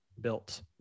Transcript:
built